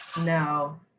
No